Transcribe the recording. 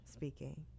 speaking